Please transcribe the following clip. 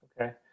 Okay